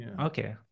Okay